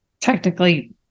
technically